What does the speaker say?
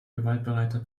gewaltbereiter